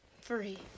free